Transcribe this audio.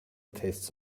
tastes